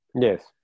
yes